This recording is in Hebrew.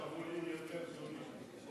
יש שרוולים יותר זולים.